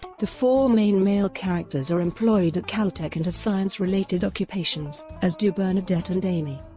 the four main male characters are employed at caltech and have science-related occupations, as do bernadette and amy.